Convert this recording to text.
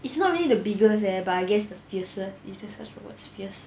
it's not really the biggest leh but I guess the fiercest is fiercest a word fierce